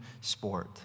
sport